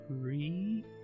three